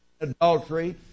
adultery